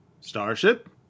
Starship